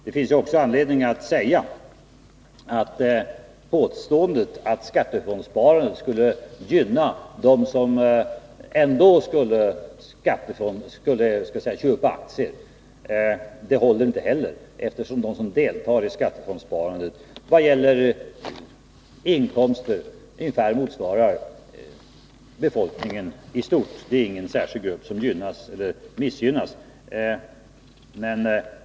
Det finns ju också anledning att säga att påståendet att skattefondssparandet skulle gynna dem som ändå skulle köpa aktier inte heller håller, eftersom de som deltar i skattefondssparandet, såvitt gäller inkomster, ungefär motsvarar befolkningen i stort. Det är ingen särskild grupp som gynnas eller missgynnas.